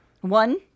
One